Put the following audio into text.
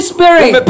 Spirit